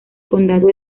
condado